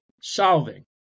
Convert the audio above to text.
solving